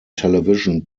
television